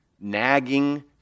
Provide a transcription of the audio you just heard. nagging